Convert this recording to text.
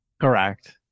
correct